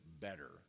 better